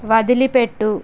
వదిలిపెట్టు